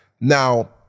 Now